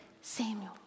Samuel